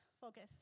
focus